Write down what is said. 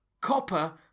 copper